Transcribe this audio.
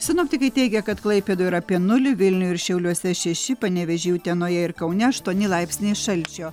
sinoptikai teigia kad klaipėdoje yra apie nulį vilniuje ir šiauliuose šeši panevėžy utenoje ir kaune aštuoni laipsniai šalčio